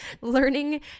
Learning